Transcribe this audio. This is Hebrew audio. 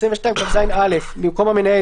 סעיף 22כז(א): במקום המנהל,